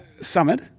summit